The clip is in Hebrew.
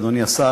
אדוני השר,